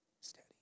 steady